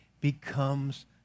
becomes